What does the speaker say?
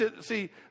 see